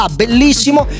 bellissimo